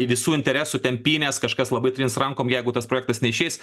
į visų interesų tempynes kažkas labai trins rankom jeigu tas projektas neišeis